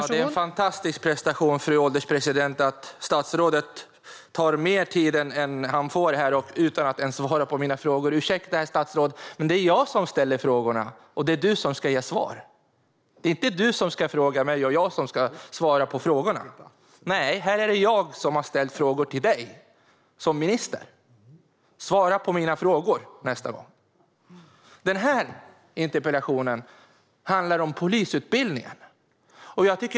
Fru ålderspresident! Det är en fantastisk prestation att statsrådet överskrider sin talartid utan att ens svara på mina frågor. Ursäkta, herr statsråd, men det är jag som ställer frågorna och du som ska ge svar. Det är inte du som ska fråga mig och jag som ska svara på frågorna. Här är det jag som har ställt frågor till dig som minister. Svara på mina frågor nästa gång! Den här interpellationen handlar om polisutbildningen.